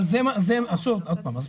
עוד פעם,